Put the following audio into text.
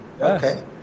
Okay